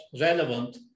relevant